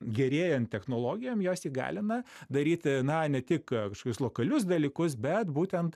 gerėjant technologijom jos įgalina daryti na ne tik kažkokius lokalius dalykus bet būtent